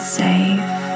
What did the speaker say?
safe